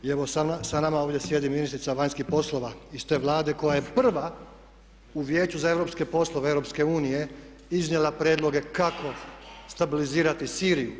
I evo sa nama ovdje sjedi ministrica vanjskih poslova iz te Vlade koja je prva u Vijeću za europske poslove EU iznijela prijedloge kako stabilizirati Siriju.